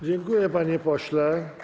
Dziękuję, panie pośle.